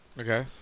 Okay